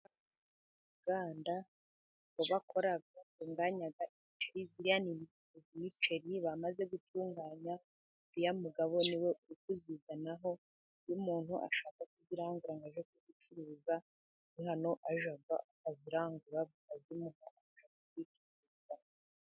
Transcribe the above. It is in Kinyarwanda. Uruganda bakora batunganya umuceri, uriya ni umuceri bamaze gutunganya uriya mugabo niwe uri kuyizanaho. Iyo umuntu ashaka kuyirangura ngo ajye gucuruza, hano niho ajya bakayimukorera akayijyana.